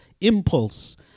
impulse